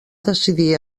decidir